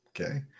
Okay